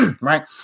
Right